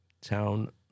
Town